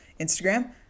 Instagram